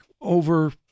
over